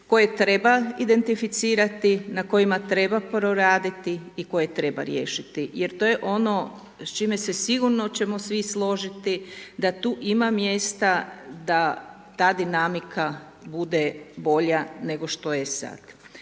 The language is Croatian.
koje treba identificirati, na kojima treba proraditi i koje treba riješiti, jer to je ono s čime se sigurno oćemo svi složiti da tu ima mjesta da ta dinamika bude bolja nego što je sad.